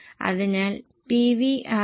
അതിനാൽ PVR 0